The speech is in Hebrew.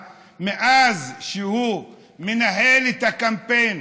מאז שהוא מנהל את הקמפיין